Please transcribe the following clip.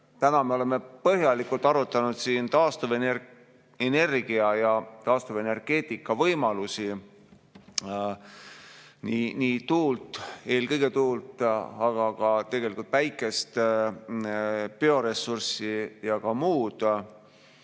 täna me oleme põhjalikult arutanud siin taastuvenergia ja taastuvenergeetika võimalusi: nii tuult – eelkõige tuult –, aga tegelikult ka päikest, bioressurssi ja muud.